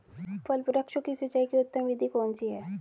फल वृक्षों की सिंचाई की उत्तम विधि कौन सी है?